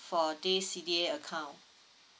for this C_D_A account